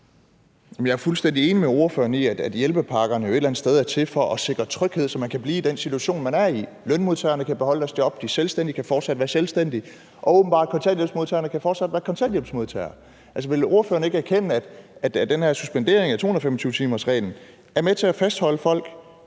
Jeg er fuldstændig enig med ordføreren i, at hjælpepakkerne jo et eller andet sted er til for at sikre tryghed, så man kan blive i den situation, man er i. Lønmodtagerne kan beholde deres job, de selvstændige kan fortsat være selvstændige, og åbenbart kan kontanthjælpsmodtagerne fortsætte med at være kontanthjælpsmodtagere. Altså, vil ordføreren ikke erkende, at den her suspendering af 225-timersreglen er med til at fastholde folk